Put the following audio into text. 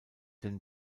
den